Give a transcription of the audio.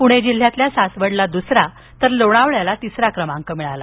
पूणे जिल्ह्यातील सासवडला द्रसरा तर लोणावळ्याला तिसरा क्रमांक मिळाला